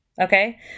okay